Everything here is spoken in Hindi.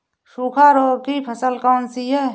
सूखा रोग की फसल कौन सी है?